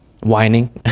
whining